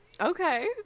Okay